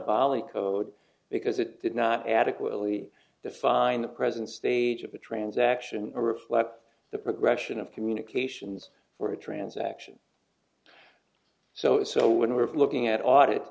bali code because it did not adequately define the present stage of the transaction or reflect the progression of communications for a transaction so so when we're looking at audit